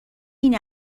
این